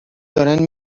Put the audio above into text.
دارن